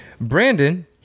Brandon